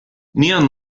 neon